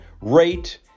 rate